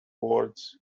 words